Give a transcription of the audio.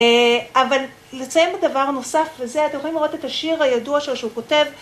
אבל לציין בדבר נוסף וזה, אתם יכולים לראות את השיר הידוע שלו שהוא כותב.